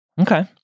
okay